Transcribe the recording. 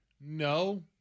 No